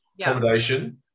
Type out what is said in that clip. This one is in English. accommodation